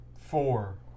Four